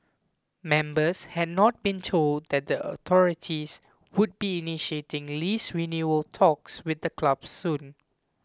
members had not been told that the authorities would be initiating lease renewal talks with the club soon